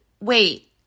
Wait